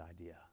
idea